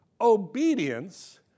obedience